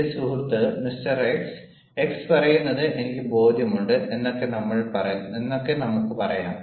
എന്റെ സുഹൃത്ത് mister X X പറയുന്നത് എനിക്ക് ബോധ്യമുണ്ട് എന്നൊക്കെ നമുക്ക് പറയാം